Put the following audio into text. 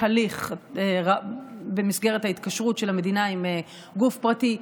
יש הליך במסגרת ההתקשרות של המדינה עם גוף פרטי.